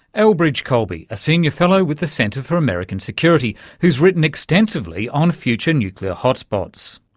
elbridge colby, a senior fellow with the center for american security who's written extensively on future nuclear hotspots.